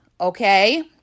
Okay